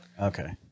Okay